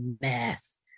mess